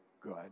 good